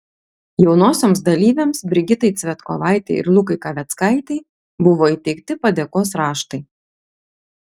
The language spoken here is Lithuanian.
jaunosioms dalyvėms brigitai cvetkovaitei ir lukai kaveckaitei buvo įteikti padėkos raštai